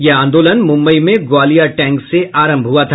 यह आंदोलन मुम्बई में ग्वालिया टैंक से आरम्भ हुआ था